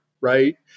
Right